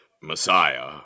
Messiah